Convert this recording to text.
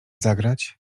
zagrać